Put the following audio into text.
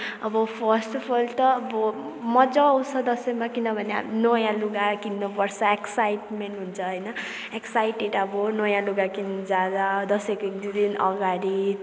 अब first of all त अब मजा आउँछ दसैँमा किनभने हामी नयाँ लुगा किन्नुपर्छ एक्साइटमेन्ट हुन्छ होइन एक्साइटेड अब नयाँ लुगा किन्नु जाँदा दसैँको एक दुई दिन अगाडि